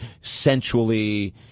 sensually